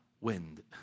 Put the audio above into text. wind